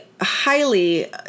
Highly